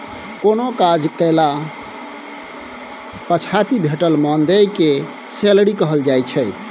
कोनो काज कएला पछाति भेटल मानदेय केँ सैलरी कहल जाइ छै